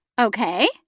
okay